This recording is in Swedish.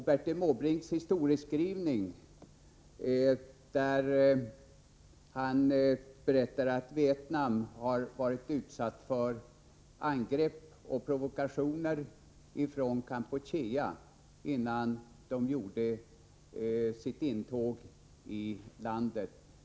Bertil Måbrink berättade att Vietnam varit utsatt för angrepp och provokationer från Kampuchea innan Vietnam gjorde sitt intåg i landet.